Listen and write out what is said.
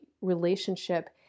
relationship